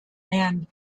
and